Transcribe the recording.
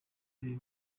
ibi